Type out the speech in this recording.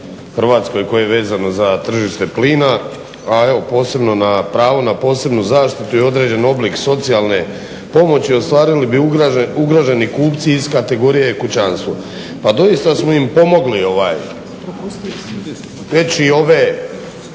Hrvatskoj koja je vezana za tržište plina, a evo pravo na posebnu zaštitu određen oblik socijalne pomoći ostvarili bi ugroženi kupci iz kategorije kućanstvo. Pa doista smo im pomogli već i ove